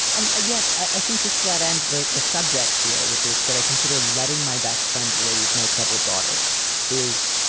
and yet, i think just to that end, the the subject here, which is should i consider letting my best friend raise my troubled daughter is,